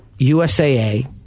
USAA